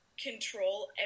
control